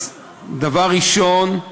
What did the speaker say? דבר ראשון,